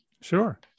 Sure